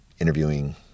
interviewing